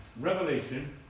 Revelation